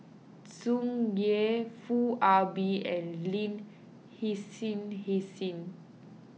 Tsung Yeh Foo Ah Bee and Lin Hsin Hsin